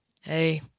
Hey